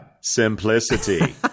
simplicity